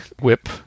whip